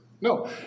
No